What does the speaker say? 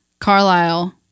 Carlisle